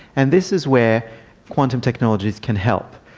and this is where quantum technologies can help.